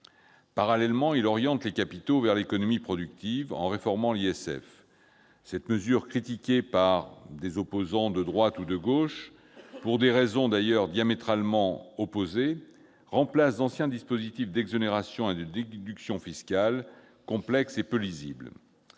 Parallèlement, il oriente les capitaux vers l'économie productive, en réformant l'ISF. Cette mesure, critiquée par des opposants de droite ou de gauche, pour des raisons d'ailleurs diamétralement opposées, remplace d'anciens dispositifs d'exonérations et de déductions fiscales complexes et peu lisibles.